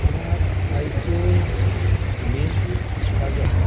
আমার iTunes music বাজাও